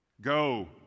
Go